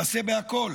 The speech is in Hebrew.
למעשה בכול.